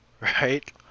right